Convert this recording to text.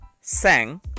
sang